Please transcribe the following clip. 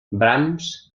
brahms